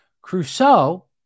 Crusoe